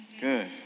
Good